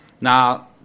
Now